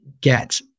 get